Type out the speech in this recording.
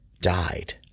died